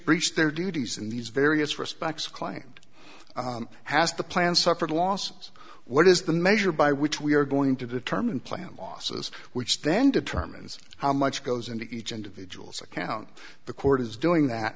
breached their duties in these various respects client has the plan suffered losses what is the measure by which we are going to determine plan losses which then determines how much goes into each individual's account the court is doing that